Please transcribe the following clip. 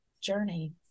journey